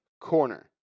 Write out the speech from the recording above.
corner